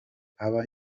aba